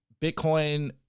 Bitcoin